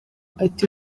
ati